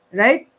right